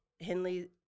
Henley